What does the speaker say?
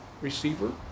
receiver